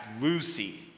Lucy